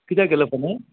कितें केलें तेणे